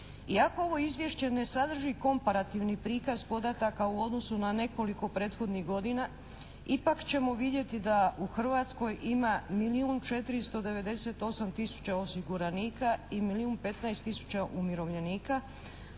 Iako ovo izvješće ne sadrži komparativi prikaz podataka u odnosu na nekoliko prethodnih godina ipak ćemo vidjeti da u Hrvatskoj ima milijun 498 tisuća osiguranika i milijuna 15 tisuća umirovljenika,